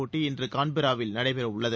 போட்டி இன்று கான்பெராவில் நடைபெற உள்ளது